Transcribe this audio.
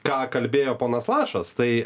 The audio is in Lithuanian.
ką kalbėjo ponas lašas tai